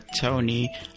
Tony